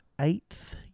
eighth